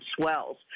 swells